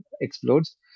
explodes